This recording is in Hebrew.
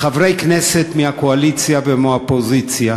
חברי כנסת מהקואליציה ומהאופוזיציה